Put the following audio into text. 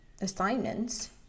assignments